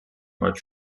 მათ